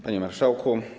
Panie Marszałku!